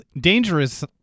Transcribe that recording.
dangerous